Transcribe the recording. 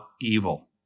evil